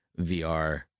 VR